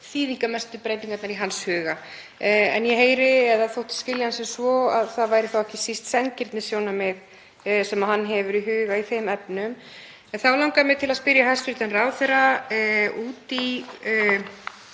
þýðingarmestu breytingarnar í hans huga. En ég þóttist skilja hann sem svo að það væri þá ekki síst sanngirnissjónarmið sem hann hefði í huga í þeim efnum. Þá langar mig til að spyrja hæstv. ráðherra út í